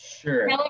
sure